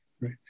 right